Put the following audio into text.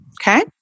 Okay